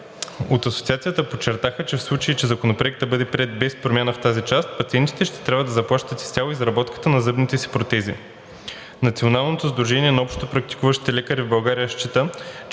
От Асоциацията подчертаха, че в случай, че Законопроектът бъде приет без промяна в тази част, пациентите ще трябва да заплащат изцяло изработката на зъбните си протези. Националното сдружение на общопрактикуващите лекари в България счита, че